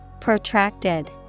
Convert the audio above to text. Protracted